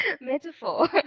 metaphor